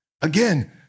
Again